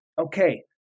Okay